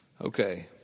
Okay